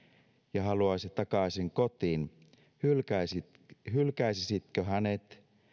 ja haluaisi takaisin kotiin hylkäisitkö hylkäisitkö hänet